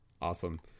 Awesome